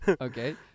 Okay